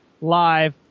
live